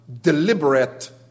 deliberate